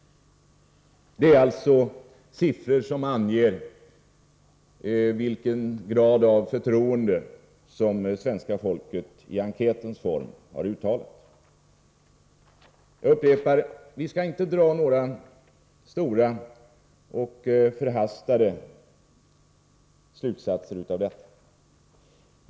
Det är alltså siffror som anger vilken grad av förtroende som svenska folket i enkätsvarens form har uttalat. Jag upprepar: Vi skall inte dra några stora och förhastade slutsatser av detta.